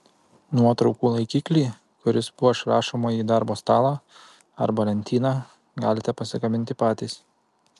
nuotraukų laikiklį kuris puoš rašomąjį darbo stalą arba lentyną galite pasigaminti patys